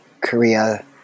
Korea